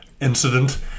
incident